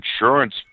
insurance